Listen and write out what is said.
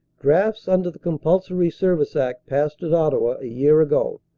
drafts under the compulsory service act passed at ottawa a year ago,